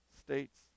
states